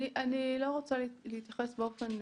אני לא רוצה להתייחס באופן